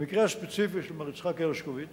במקרה הספציפי של מר יצחק הרשקוביץ,